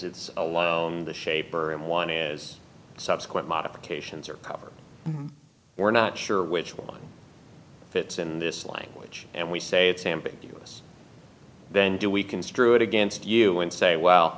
alone the shaper and one is subsequent modifications are covered we're not sure which one fits in this language and we say it's ambiguous then do we construe it against you and say well